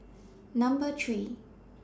Number three